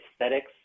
aesthetics